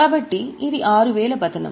కాబట్టి ఇది 6000 పతనం